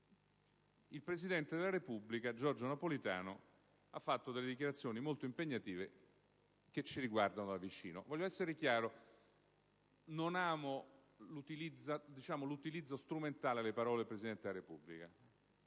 il presidente della Repubblica Giorgio Napolitano ha fatto delle dichiarazioni molto impegnative che ci riguardano da vicino. Voglio essere chiaro: non amo l'uso strumentale delle parole del Presidente della Repubblica;